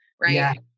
Right